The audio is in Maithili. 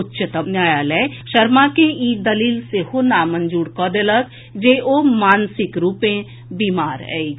उच्चतम न्यायलय शर्मा के ई दलील सेहो नामंजूर कऽ देलक जे ओ मानसिक रूपे बीमार अछि